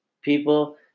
People